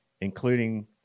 including